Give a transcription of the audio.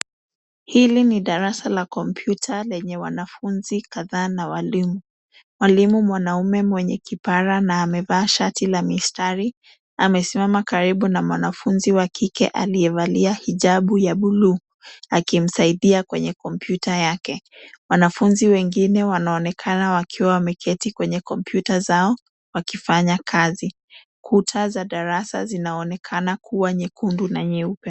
Hili ni darasa la kompyuta lenye wanafunzi kadhaa na walimu. Mwalimu mwanaume mwenye kipara na amevaa shati la mistari, amesimama karibu na mwanafunzi wa kike aliyevalia hijabu ya bluu, akimsaidia kwenye kompyuta yake. Wanafunzi wengine wanaonekana wakiwa wameketi, kwenye kompyuta zao wakifanya kazi. Kuta za darasa zinaonekana kuwa nyekundu na nyeupe.